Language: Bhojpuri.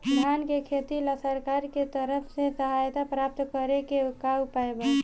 धान के खेती ला सरकार के तरफ से सहायता प्राप्त करें के का उपाय बा?